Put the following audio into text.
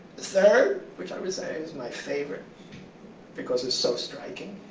the third, which i would say is my favorite because it's so striking,